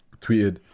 tweeted